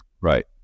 Right